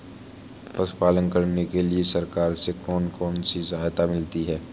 पशु पालन करने के लिए सरकार से कौन कौन सी सहायता मिलती है